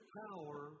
power